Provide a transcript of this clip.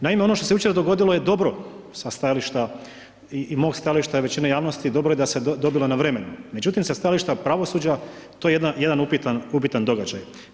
Naime, ono što se jučer dogodilo je dobro sa stajališta i mog stajališta i većine javnosti dobro je da se dobilo na vremenu međutim sa stajališta pravosuđa to je jedan upitan događaj.